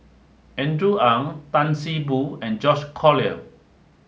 Andrew Ang Tan See Boo and George Collyer